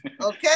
Okay